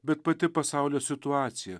bet pati pasaulio situacija